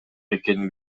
экени